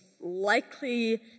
likely